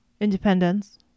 Independence